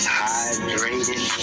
hydrated